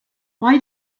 why